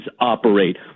operate